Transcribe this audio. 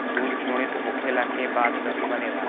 दूध किण्वित होखला के बाद दही बनेला